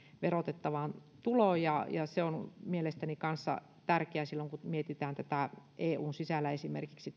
verotettavaan tuloon se on mielestäni kanssa tärkeää silloin kun mietitään eun sisällä esimerkiksi